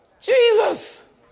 Jesus